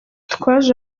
twaje